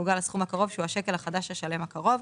מעוגל לסכום הקרוב שהוא השקל החדש השלם הקרוב.".